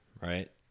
right